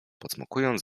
pocmokując